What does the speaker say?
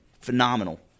Phenomenal